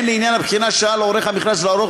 הן לעניין הבחינה שעל עורך המכרז לערוך